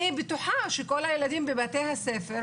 אני בטוחה שכל הילדים בבתי הספר,